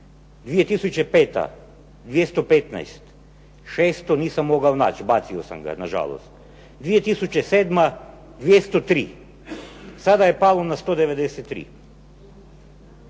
2005. 215, '06. nisam mogao naći, bacio sam ga nažalost. 2007. 203, sada je pao na 193.